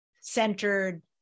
centered